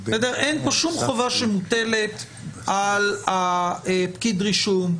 אין פה שום חובה שמוטלת על פקיד הרישום,